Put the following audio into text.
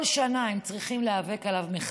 כל שנה הם צריכים להיאבק עליו מחדש.